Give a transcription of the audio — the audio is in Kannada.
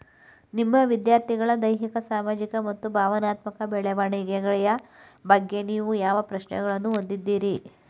ನಿಮ್ಮ ವಿದ್ಯಾರ್ಥಿಗಳ ದೈಹಿಕ ಸಾಮಾಜಿಕ ಮತ್ತು ಭಾವನಾತ್ಮಕ ಬೆಳವಣಿಗೆಯ ಬಗ್ಗೆ ನೀವು ಯಾವ ಪ್ರಶ್ನೆಗಳನ್ನು ಹೊಂದಿದ್ದೀರಿ?